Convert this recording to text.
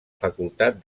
facultat